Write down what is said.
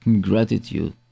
gratitude